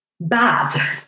bad